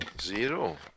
Zero